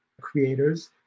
creators